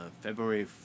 February